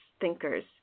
thinkers